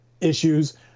issues